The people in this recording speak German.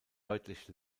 deutlich